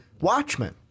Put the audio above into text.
Watchmen